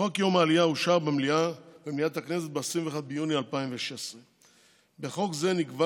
חוק יום העלייה אושר במליאת הכנסת ב-21 ביוני 2016. בחוק נקבע